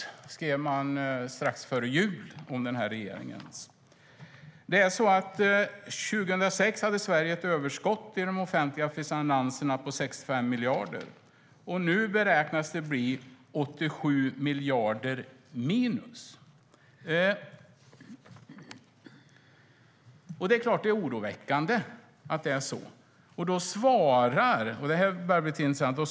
Det skrev man strax före jul. År 2006 hade Sverige ett överskott i de offentliga finanserna på 65 miljarder. Nu beräknas det bli 87 miljarder minus. Det är klart att det är oroväckande.